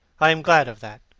i am glad of that.